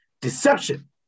Deception